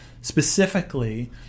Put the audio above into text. specifically